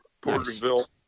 Porterville